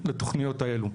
לתוכניות האלה.